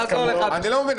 אני לא מבין.